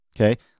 Okay